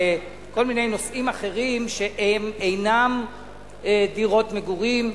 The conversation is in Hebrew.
לכל מיני נושאים אחרים שהם אינם דירות מגורים,